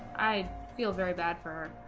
i feel very bad for